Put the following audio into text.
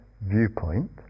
viewpoint